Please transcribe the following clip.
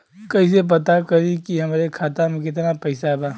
कइसे पता करि कि हमरे खाता मे कितना पैसा बा?